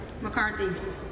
McCarthy